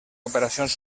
operacions